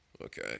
Okay